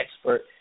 expert